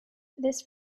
this